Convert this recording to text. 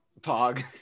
Pog